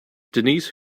denise